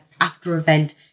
after-event